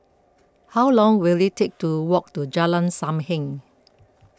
how long will it take to walk to Jalan Sam Heng